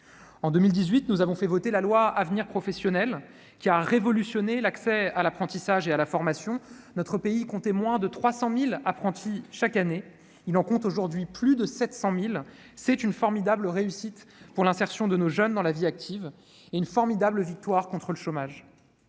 la liberté de choisir son avenir professionnel, qui a révolutionné l'accès à l'apprentissage et à la formation : il y a cinq ans, notre pays comptait moins de 300 000 nouveaux apprentis chaque année ; il en compte aujourd'hui plus de 700 000. C'est une formidable réussite pour l'insertion de nos jeunes dans la vie active et une formidable victoire contre le chômage.